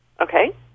Okay